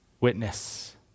witness